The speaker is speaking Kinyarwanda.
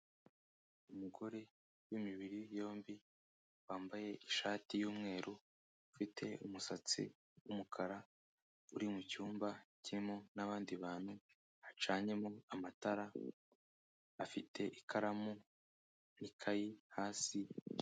Umugore w'imibiri yombi, wambaye ishati y'umweru, ufite umusatsi w'umukara, uri mu cyumba kirimo n'abandi bantu, hacanyemo amatara, afite ikaramu, n'ikayi hasi.